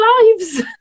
lives